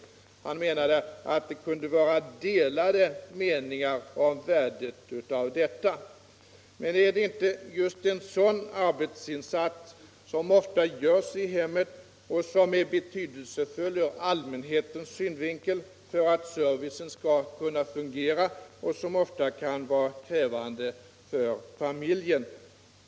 Erik Wärnberg menade att det kunde vara delade meningar om värdet av detta. Men är det inte just en sådan arbetsinsats som ofta görs i hemmet och som är betydelsefull ur allmänhetens synvinkel för att servicen skall kunna fungera? Arbetsinsatser av det här slaget kan ofta vara krävande för familjen.